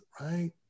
right